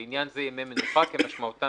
לעניין זה, 'ימי מנוחה' כמשמעותם